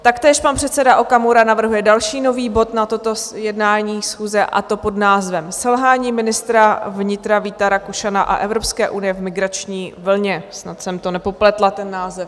Taktéž pan předseda Okamura navrhuje další nový bod na toto jednání schůze, a to pod názvem Selhání ministra vnitra Víta Rakušana a Evropské unie v migrační vlně, snad jsem to nepopletla, ten název.